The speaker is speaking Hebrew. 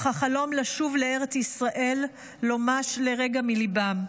אך החלום לשוב לארץ ישראל לא מש לרגע מליבם.